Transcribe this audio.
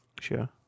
sure